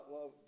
love